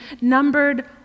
numbered